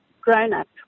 grown-up